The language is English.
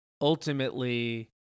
ultimately